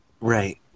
Right